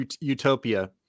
utopia